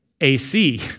AC